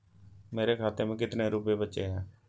मेरे खाते में कितने रुपये बचे हैं?